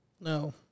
No